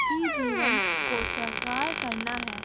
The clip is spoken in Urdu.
ہی جیون کو ساکار کرنا ہے